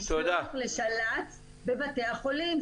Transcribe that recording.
לשלוח לשל"צ בבתי החולים.